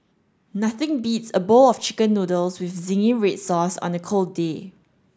nothing beats a bowl of chicken noodles with zingy red sauce on a cold day